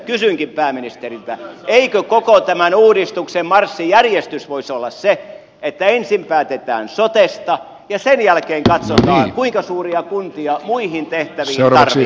kysynkin pääministeriltä eikö koko tämän uudistuksen marssijärjestys voisi olla se että ensin päätetään sotesta ja sen jälkeen katsotaan kuinka suuria kuntia muihin tehtäviin tarvitaan